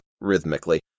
rhythmically